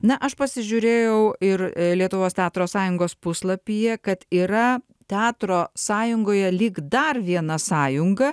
na aš pasižiūrėjau ir lietuvos teatro sąjungos puslapyje kad yra teatro sąjungoje lyg dar viena sąjunga